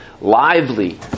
lively